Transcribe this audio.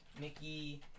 Mickey